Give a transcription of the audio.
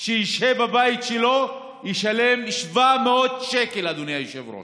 שישהה בבית שלו ישלם 700 שקל, אדוני היושב-ראש.